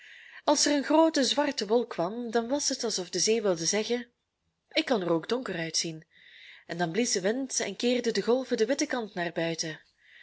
als er een groote zwarte wolk kwam dan was het alsof de zee wilde zeggen ik kan er ook donker uitzien en dan blies de wind en keerden de golven den witten kant naar buiten